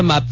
समाप्त